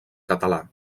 català